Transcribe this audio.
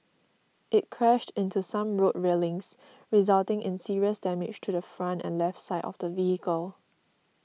it crashed into some road railings resulting in serious damage to the front and left side of the vehicle